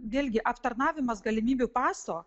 vėlgi aptarnavimas galimybių paso